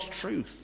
truth